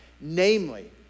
Namely